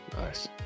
nice